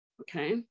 okay